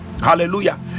Hallelujah